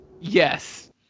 Yes